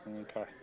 Okay